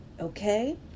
Okay